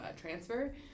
transfer